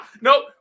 Nope